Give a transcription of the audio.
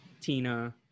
Tina